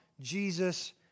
Jesus